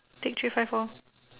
take three five four